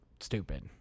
stupid